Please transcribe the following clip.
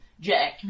Jack